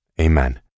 Amen